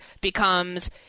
becomes